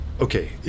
Okay